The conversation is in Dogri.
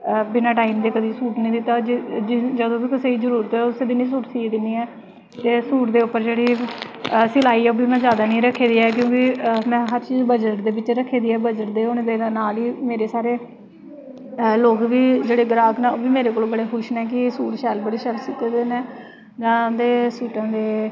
बिना टाइम दे कुसै गी सूट निं दित्ता जदूं बी कुसै गी जरूरत होऐ उस्सै बेल्लै सूट सीऐ दिन्नी ऐं सूट दे उप्पर जेह्ड़ी सलाई ऐ ओह् बी में जैदा निं रक्खी दी ऐ क्योंकि में हर चीज बजट दे बिच्च रक्खी दी ऐ बजट दे होने दे नाल ही मेरे सारे लोग न ग्राह्क न ओह् बी मेरे कोला दा बड़े जैदा खुश न कि शैल बड़े शैल सीते दे न में उं'दे सूटें गी